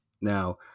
Now